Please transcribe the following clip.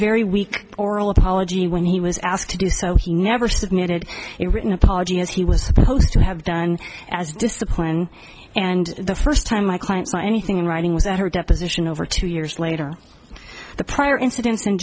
very weak oral apology when he was asked to do so he never submitted in written apology as he was supposed to have done as discipline and the first time my client so anything in writing was that her deposition over two years later the prior incident in